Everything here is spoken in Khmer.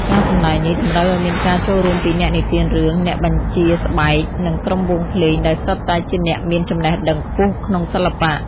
ការសម្ដែងនេះតម្រូវឱ្យមានការចូលរួមពីអ្នកនិទានរឿង អ្នកបញ្ជាស្បែក និងក្រុមវង់ភ្លេងដែលសុទ្ធតែជាអ្នកមានចំណេះដឹងខ្ពស់ក្នុងសិល្បៈ។